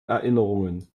erinnerungen